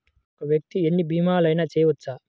ఒక్క వ్యక్తి ఎన్ని భీమలయినా చేయవచ్చా?